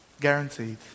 Guaranteed